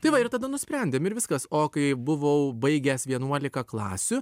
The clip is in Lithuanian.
tai va ir tada nusprendėm ir viskas o kai buvau baigęs vienuolika klasių